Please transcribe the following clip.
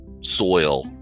soil